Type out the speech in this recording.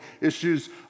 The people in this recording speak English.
issues